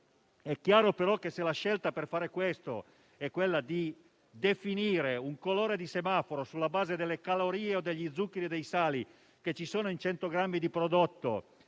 È chiaro però che se la scelta per fare questo è definire un colore di semaforo sulla base delle calorie, degli zuccheri o dei sali presenti in 100 grammi di prodotto,